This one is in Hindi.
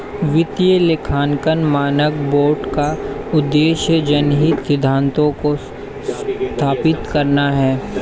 वित्तीय लेखांकन मानक बोर्ड का उद्देश्य जनहित सिद्धांतों को स्थापित करना है